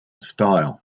style